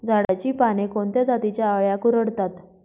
झाडाची पाने कोणत्या जातीच्या अळ्या कुरडतात?